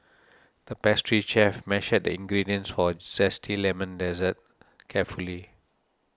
the pastry chef measured the ingredients for a Zesty Lemon Dessert carefully